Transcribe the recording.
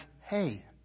hey